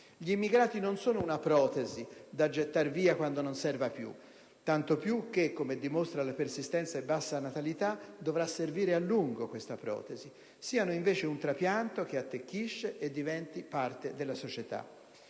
Gli immigrati non sono una protesi, da gettar via quando non serve più. Tanto più che - come dimostra la persistente bassa natalità - questa protesi dovrà servire a lungo. Siano invece un trapianto che attecchisce e diventi parte della società.